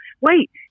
Wait